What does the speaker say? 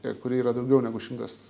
ir kuri yra daugiau negu šimtas